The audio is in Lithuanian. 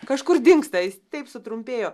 kažkur dingsta jis taip sutrumpėjo